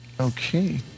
Okay